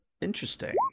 Interesting